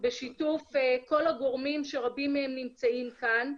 בשיתוף כל הגורמים שרבים מהם נמצאים כאן,